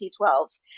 T12s